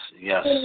yes